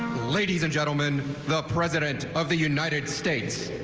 ladies and gentleman, the president of the united states.